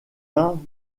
uns